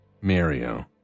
Mario